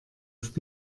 dfb